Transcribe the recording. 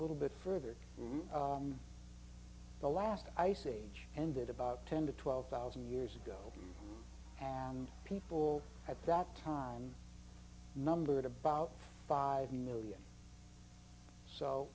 little bit further to the last ice age ended about ten to twelve thousand years ago and people at that time numbered about five million so